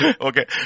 Okay